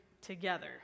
together